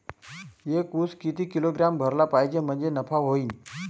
एक उस किती किलोग्रॅम भरला पाहिजे म्हणजे नफा होईन?